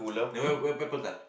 never wear pampers ah